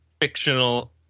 fictional